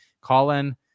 colin